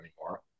anymore